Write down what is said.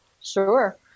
sure